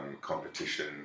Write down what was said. competition